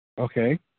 Okay